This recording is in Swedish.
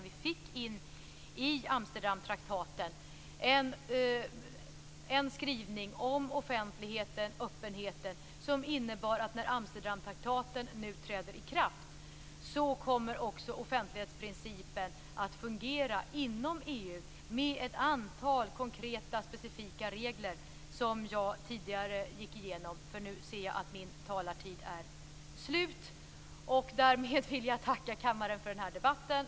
Vi fick in i Amsterdamtraktaten en skrivning om offentlighet och öppenhet som innebar att när Amsterdamtraktaten nu träder i kraft kommer också offentlighetsprincipen att fungera inom EU med ett antal konkreta specifika regler som jag tidigare gick igenom. Nu ser jag att min talartid är slut, och därmed vill jag tacka kammaren för den här debatten.